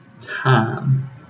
time